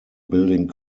building